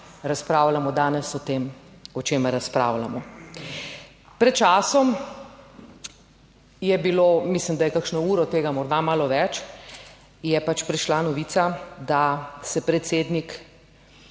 razpravljamo danes o tem, o čemer razpravljamo. Pred časom je bilo, mislim, da je kakšno uro tega, morda malo več, je pač prišla novica, da se predsednik